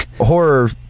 horror